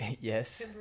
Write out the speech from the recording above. Yes